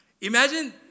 Imagine